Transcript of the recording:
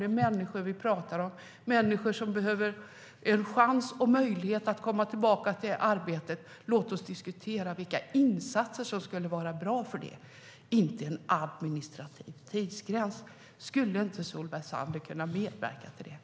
Det är människor vi pratar om, människor som behöver en chans och en möjlighet att komma tillbaka till arbete. Låt oss diskutera vilka insatser som skulle vara bra för det - inte en administrativ tidsgräns! Skulle inte Solveig Zander kunna medverka till det?